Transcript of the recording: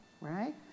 right